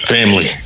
Family